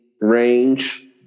range